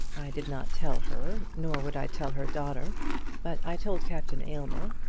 i did not tell her, nor would i tell her daughter but i told captain aylmer.